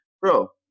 bro